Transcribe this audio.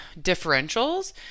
differentials